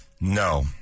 no